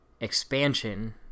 expansion